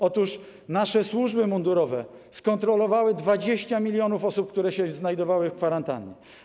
Otóż nasze służby mundurowe skontrolowały 20 mln osób, które znajdowały się na kwarantannie.